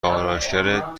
آرایشگرت